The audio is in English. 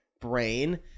brain